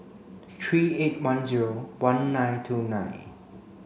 three eight one zero one nine two nine